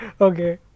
okay